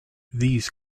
these